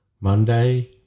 Monday